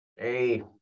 Hey